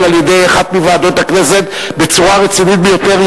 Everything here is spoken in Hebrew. באחת מוועדות הכנסת בצורה רצינית ביותר,